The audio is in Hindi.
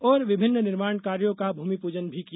और विभिन्न निर्माण कार्यो का भूमिपूजन भी किया